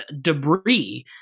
debris